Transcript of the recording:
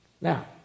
Now